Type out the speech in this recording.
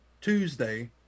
Tuesday